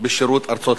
בשירות ארצות-הברית.